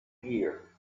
here